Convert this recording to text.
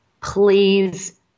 please